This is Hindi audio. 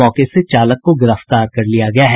मौके से चालक को गिरफ्तार कर लिया गया है